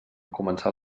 començar